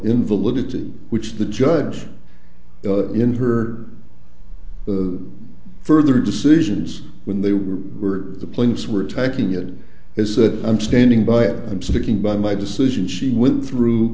invalidity which the judge in her further decisions when they were the planes were attacking it is that i'm standing by it i'm sticking by my decision she went through